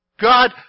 God